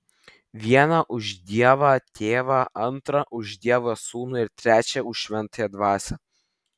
vieną už dievą tėvą antrą už dievą sūnų ir trečią už šventąją dvasią